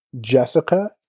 Jessica